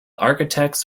architects